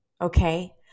Okay